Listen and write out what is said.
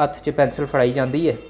हत्थ च पैंसिल फड़ाई जंदी ऐ